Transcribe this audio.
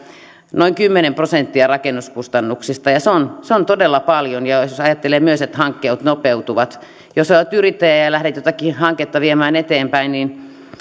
noin kymmenen prosenttia rakennuskustannuksista ja se on se on todella paljon ja jos jos ajatellaan myös sitä että hankkeet nopeutuvat niin jos olet yrittäjä ja ja lähdet jotakin hanketta viemään eteenpäin niin